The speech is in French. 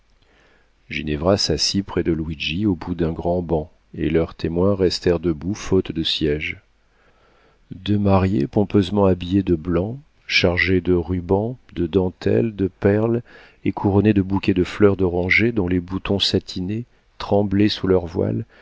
ginevra s'assit près de luigi au bout d'un grand banc et leurs témoins restèrent debout faute de siéges deux mariées pompeusement habillées de blanc chargées de rubans de dentelles de perles et couronnées de bouquets de fleurs d'oranger dont les boutons satinés tremblaient sous leur voile